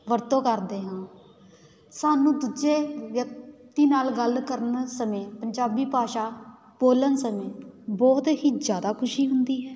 ਵਰਤੋਂ ਕਰਦੇ ਹਾਂ ਸਾਨੂੰ ਦੂਜੇ ਵਿਅਕਤੀ ਨਾਲ ਗੱਲ ਕਰਨ ਸਮੇਂ ਪੰਜਾਬੀ ਭਾਸ਼ਾ ਬੋਲਣ ਸਮੇਂ ਬਹੁਤ ਹੀ ਜ਼ਿਆਦਾ ਖੁਸ਼ੀ ਹੁੰਦੀ ਹੈ